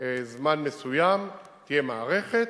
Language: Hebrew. זמן מסוים, תהיה מערכת,